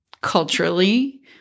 Culturally